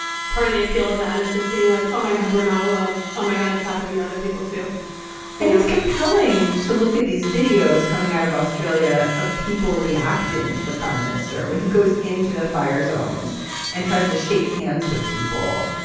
part of the appeal of that is just being like, oh, my god, we're not alone. oh, my god. it's happening to other people, too and it's compelling to look at these videos coming out of australia of people reacting to the prime minister when he goes into the fire zones and tries to shake hands with people.